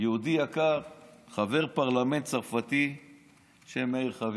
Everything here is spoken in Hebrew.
יהודי יקר, חבר פרלמנט צרפתי בשם מאיר חביב.